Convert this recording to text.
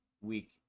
week